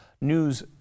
news